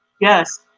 Yes